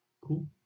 Cool